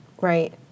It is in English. Right